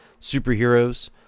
superheroes